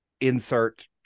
insert